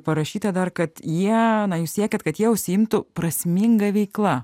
parašyta dar kad jie na jūs siekiat kad jie užsiimtų prasminga veikla